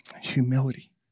humility